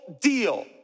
deal